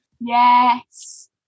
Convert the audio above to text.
Yes